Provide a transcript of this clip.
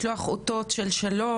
לשלוח אותות של שלום,